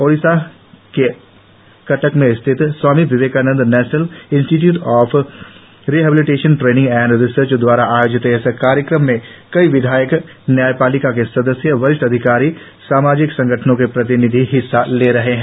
ओडिशा के कटक में स्थित Swami Vivekananda national institute of rehabilitation training and research दवारा आयोजित इस कार्यक्रम में कई विधायक न्यायपालिका के सदस्य वरिष्ठ अधिकारी सामाजिक संगठनों के प्रतिनिधि हिस्सा ले रहे है